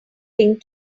thing